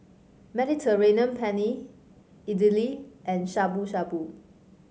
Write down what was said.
Mediterranean Penne Idili and Shabu Shabu